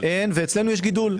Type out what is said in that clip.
ואצלנו יש גידול.